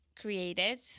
created